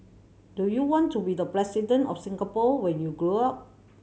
do you want to be the President of Singapore when you grow up